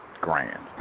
Grand